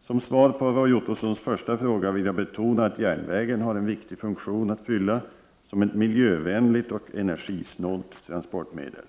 Som svar på Roy Ottossons första fråga vill jag betona att järnvägen har en viktig funktion att fylla som ett miljövänligt och energisnålt transportmedel.